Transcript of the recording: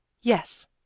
yes